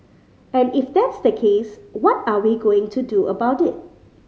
and if that's the case what are we going to do about it